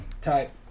type